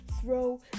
throw